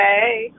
hey